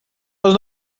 los